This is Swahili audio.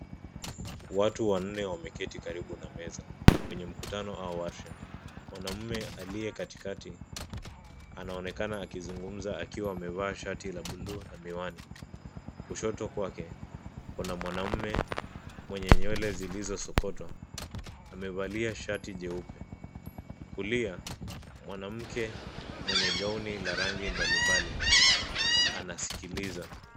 Watu wanne wameketi karibu na meza kwenye mkutano au warsha. Mwanamume aliye katikati anaonekana akizungumza akiwa amevaa shati la bluu na miwani. Kushoto kwake, kuna mwanamume mwenye nywele zilizosokotwa. Amevalia shati jeupe. Kulia, mwanamke mwenye gauni la rangi mbalimbali anaskiliza.